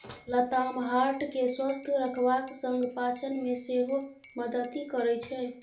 लताम हार्ट केँ स्वस्थ रखबाक संग पाचन मे सेहो मदति करय छै